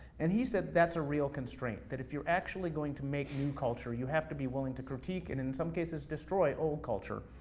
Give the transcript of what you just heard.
and he said that's a real constraint, that if you're actually going to make new culture, you have to be willing to critique, and in some cases, destroy old culture.